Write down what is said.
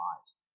lives